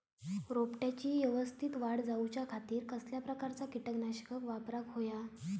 रोपट्याची यवस्तित वाढ जाऊच्या खातीर कसल्या प्रकारचा किटकनाशक वापराक होया?